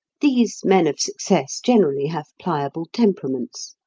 these men of success generally have pliable temperaments.